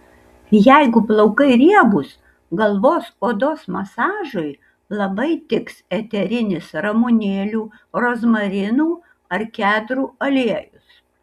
jeigu plaukai riebūs galvos odos masažui labai tiks eterinis ramunėlių rozmarinų ar kedrų aliejus